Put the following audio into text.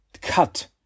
cut